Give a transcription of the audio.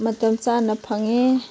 ꯃꯇꯝ ꯆꯥꯅ ꯐꯪꯉꯦ